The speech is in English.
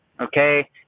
Okay